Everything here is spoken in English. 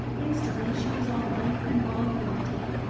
instantly she was all life and volubility.